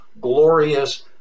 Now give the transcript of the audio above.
glorious